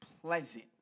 pleasant